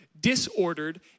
disordered